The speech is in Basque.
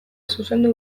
zuzendu